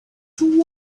two